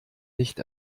nicht